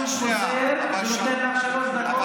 אני חוזר ונותן לך שלוש דקות.